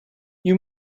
you